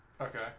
okay